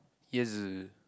yes